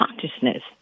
consciousness